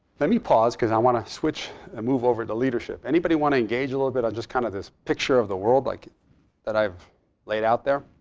let me pause, because i want to switch and move over to leadership. anybody want to engage a little bit on just kind of this picture of the world like that i've laid out there,